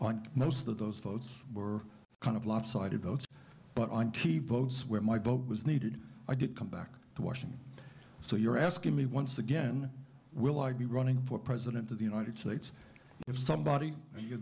on most of those votes were kind of lopsided votes but on key votes where my boat was needed i did come back to washington so you're asking me once again will i be running for president of the united states if somebody